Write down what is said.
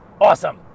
awesome